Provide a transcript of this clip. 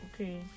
okay